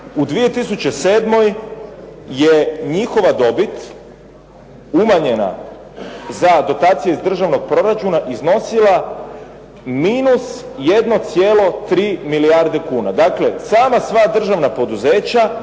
U 2007. je njihova dobit umanjena za dotacije iz državnog proračuna iznosila minus 1,3 milijarde kuna. Dakle, sama sva državna poduzeća